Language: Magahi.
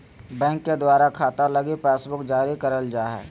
बैंक के द्वारा खाता लगी पासबुक जारी करल जा हय